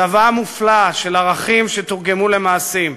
צוואה מופלאה של ערכים שתורגמו למעשים.